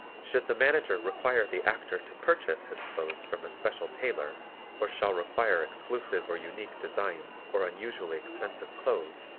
should the manager require the actor to purchase his clothes from a special tailor or shall require exclusive or unique designs or unusually expensive clothes,